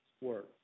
work